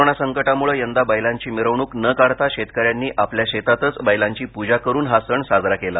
corona संकटामुळे यंदा बैलांची मिरवणूक न काढता शेतकऱ्यांनी आपल्या शेतातच बैलांची प्जा करून हा सण साजरा केला